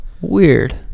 Weird